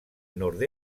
nord